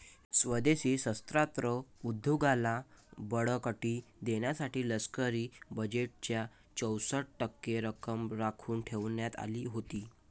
स्वदेशी शस्त्रास्त्र उद्योगाला बळकटी देण्यासाठी लष्करी बजेटच्या चौसष्ट टक्के रक्कम राखून ठेवण्यात आली होती